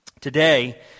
Today